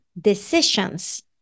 decisions